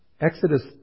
Exodus